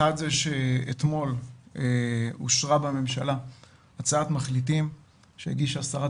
אחד אתמול אושרה בממשלה הצעת מחליטים שהגישה שרת